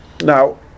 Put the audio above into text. now